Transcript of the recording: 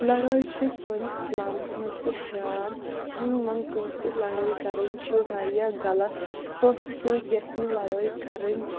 لَڑٲے چھِ سٲنِس اِسلامَس منٛز تہِ حرام ہنٛگہٕ منٛگہٕ کٲنٛسہِ سۭتۍ لڑٲے کَرٕنۍ چھِ واریاہ غلط کٲنٛسہِ سۭتۍ گژھِ نہٕ لڑٲے کَرٕنۍ